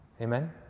Amen